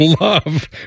Love